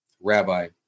Rabbi